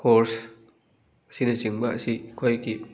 horse ꯑꯁꯤꯅ ꯆꯤꯡꯕ ꯑꯁꯤ ꯑꯩꯈꯣꯏꯒꯤ